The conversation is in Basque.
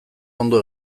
ondo